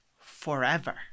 forever